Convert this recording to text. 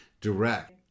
direct